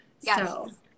Yes